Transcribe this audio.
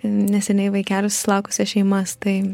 neseniai vaikelio susilaukusias šeimas tai